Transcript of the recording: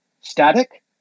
Static